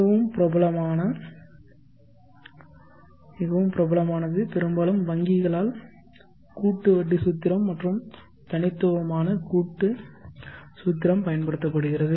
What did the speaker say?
மிகவும் பிரபலமானது பெரும்பாலும் வங்கிகளால் கூட்டு வட்டி சூத்திரம் மற்றும் தனித்துவமான கூட்டு சூத்திரம் பயன்படுத்தப்படுகிறது